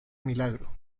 milagro